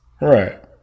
right